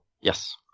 Yes